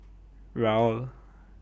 Raoul